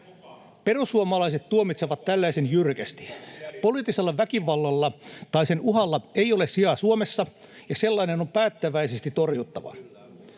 Perussuomalaiset tuomitsevat tällaisen jyrkästi. Poliittisella väkivallalla tai sen uhalla ei ole sijaa Suomessa ja sellainen on päättäväisesti torjuttava.